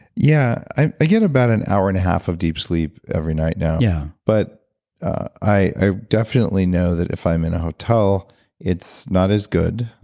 yeah. i get about an hour and a half of deep sleep every night now, yeah but i definitely know that if i'm in a hotel it's not as good,